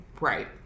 Right